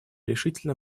решительно